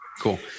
Cool